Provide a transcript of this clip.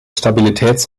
stabilitäts